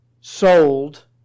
sold